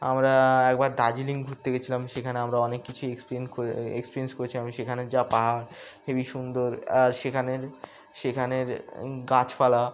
আমরা একবার দার্জিলিং ঘুরতে গেছিলাম সেখানে আমরা অনেক কিছুই এক্সপ এক্সপিরিয়েন্স করেছি আমি সেখানে যা পাহাড় হেবি সুন্দর আর সেখানের সেখানের গাছপালা